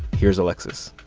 here's alexis